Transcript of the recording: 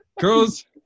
girls